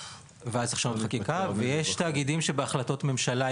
ואז צריך לשנות את החקיקה; ויש תאגידים שזה הוחל עליהם בהחלטות הממשלה,